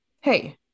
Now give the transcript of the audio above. Hey